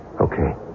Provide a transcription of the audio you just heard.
Okay